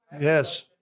Yes